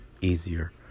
easier